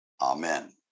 Amen